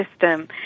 system